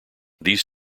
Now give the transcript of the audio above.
these